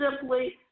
simply